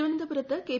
തിരുവനന്തപുരത്ത് കെ